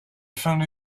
found